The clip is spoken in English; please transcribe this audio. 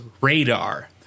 Radar